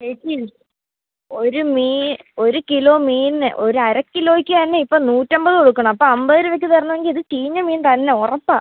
ചേച്ചി ഒരു മീൻ ഒരു കിലോ മീനിന് ഒരു അര കിലോയ്ക്ക് തന്നെ ഇപ്പം നൂറ്റമ്പത് കൊടുക്കണം അപ്പോൾ അമ്പത് രൂപയ്ക്ക് തരണമെങ്കിൽ ഇത് ചീഞ്ഞ മീൻ തന്നെ ഉറപ്പാണ്